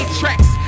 tracks